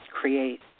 create